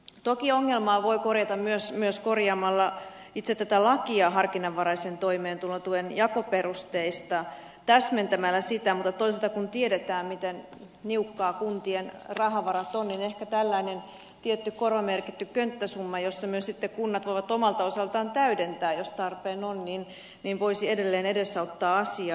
toki ongelmaa voi korjata myös korjaamalla itse tätä lakia harkinnanvaraisen toimeentulotuen jakoperusteista täsmentämällä sitä mutta toisaalta kun tiedetään miten niukkoja kuntien rahavarat ovat niin ehkä tällainen tietty korvamerkitty könttäsumma jota myös sitten kunnat voivat omalta osaltaan täydentää jos tarpeen on voisi edelleen edesauttaa asiaa